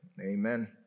Amen